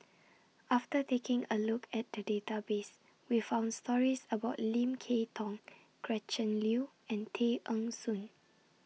after taking A Look At The Database We found stories about Lim Kay Tong Gretchen Liu and Tay Eng Soon